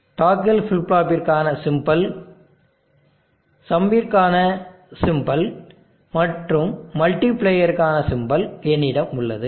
டாக்கில் ஃபிளிப் ஃப்ளாப்பிற்கான சிம்பல் சம்மிங்கிற்கான சிம்பல் மற்றும் மல்டிபிளேயருக்கான சிம்பல் என்னிடம் உள்ளது